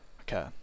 Okay